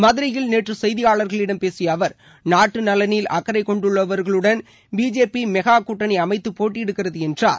மதுரையில் நேற்று கெய்தியாளர்களிடம் பேசிய அவர் நாட்டு நலனில் அக்கறை கொண்டுள்ளவர்களுடன் பிஜேபி மெகா கூட்டணி அமைத்து போட்டியிடுகிறது என்றார்